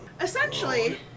Essentially